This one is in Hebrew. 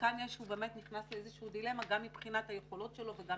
וכאן הוא באמת כננס למעשה לאיזושהי דילמה גם מבחינת היכולות שלו וגם